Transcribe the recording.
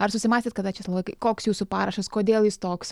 ar susimąstėt kada česlovai koks jūsų parašas kodėl jis toks